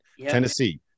Tennessee